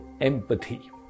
empathy